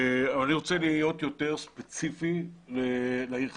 אני רוצה להיות יותר ספציפי לעיר חדרה.